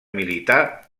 militar